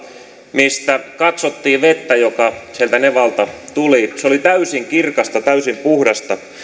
missä katsottiin vettä joka sieltä nevalta tuli se oli täysin kirkasta täysin puhdasta